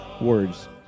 words